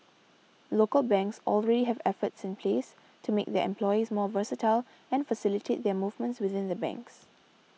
local banks already have efforts in place to make their employees more versatile and facilitate their movements within the banks